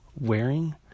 wearing